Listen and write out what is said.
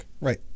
Right